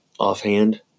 offhand